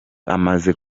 amaze